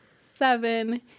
seven